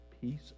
peace